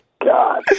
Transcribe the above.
God